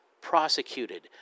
prosecuted